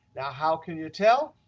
now how can you tell?